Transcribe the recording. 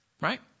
Right